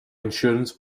insurance